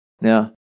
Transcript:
Now